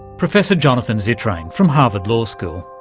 professor jonathan zittrain from harvard law school.